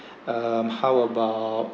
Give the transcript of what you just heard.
um how about